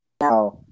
Now